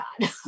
God